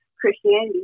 Christianity